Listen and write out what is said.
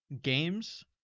games